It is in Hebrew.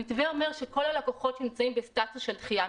המתווה אומר שכל הלקוחות שנמצאים בסטטוס של דחיה,